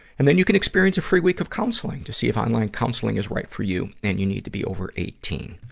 and then you can experience a free week of counseling to see if online counseling is right for you. and you need to be over eighteen.